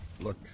Look